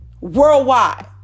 worldwide